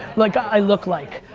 like i look like.